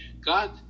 God